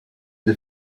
der